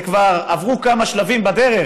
כבר עברו כמה שלבים בדרך,